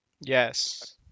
yes